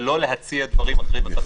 זה לא להציע דברים אחרים ותכתיבים.